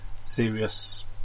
serious